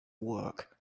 work